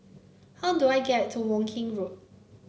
how do I get to Woking Road